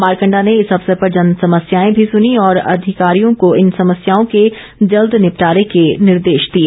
मारकंडा ने इस अवसर पर जनसमस्याए भी सुनी और अधिकारियों को इन समस्याओं के जल्द निपटारे के निर्देश दिए